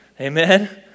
Amen